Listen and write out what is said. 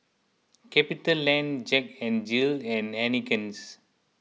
CapitaLand Jack N Jill and Heinekein's